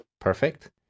Perfect